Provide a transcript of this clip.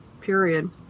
period